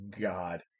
god